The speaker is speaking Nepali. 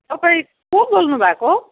तपाईँ को बोल्नुभएको